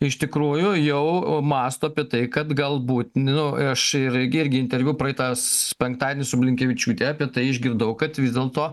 iš tikrųjų jau mąsto apie tai kad galbūt nu aš ir irgi interviu praeitas penktadienį su blinkevičiūte apie tai išgirdau kad vis dėlto